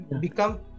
become